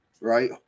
right